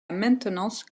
maintenance